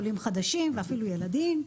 עולים חדשים ואפילו ילדים.